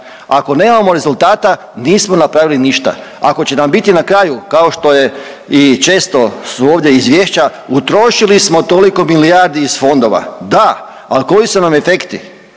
Ako nemamo rezultata nismo napravili ništa, ako će nam biti na kraju kao što je i često su ovdje izvješća utrošili smo toliko milijardi iz fondova, da, ali koji su nam efekti